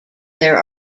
there